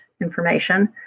information